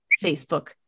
Facebook